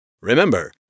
Remember